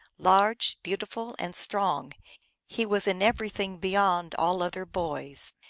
large, beautiful, and strong he was in everything beyond all other boys.